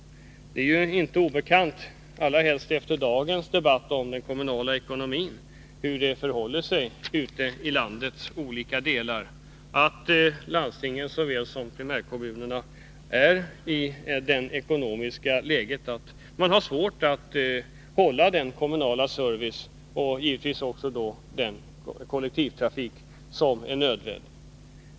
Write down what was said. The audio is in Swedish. Det är ju inte obekant — allra helst efter dagens debatt om den kommunala ekonomin — hur det förhåller sig ute i landets olika delar: landstingen såväl som primärkommunerna är i ett sådant ekonomiskt läge att de har svårt att upprätthålla den kommunala servicen, och då också den kollektivtrafik, som är nödvändig.